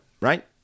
right